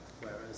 Whereas